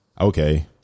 okay